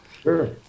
Sure